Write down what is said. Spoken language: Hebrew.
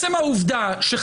ואל מול הדבר הזה,